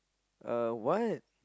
uh what